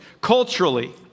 Culturally